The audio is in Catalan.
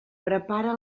prepara